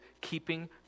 keeping